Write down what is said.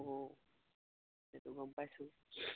অঁ সেইটো গম পাইছোঁ